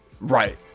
Right